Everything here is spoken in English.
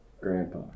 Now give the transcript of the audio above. Grandpa